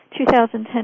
2010